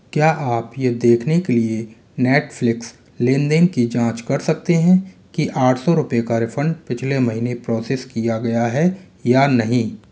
क्या आप यह देखने के लिए नेटफ़्लिक्स लेन देन की जाँच कर सकते हैं कि आठ सौ रुपये का रिफ़ंड पिछले महीने प्रोसेस किया गया है या नहीं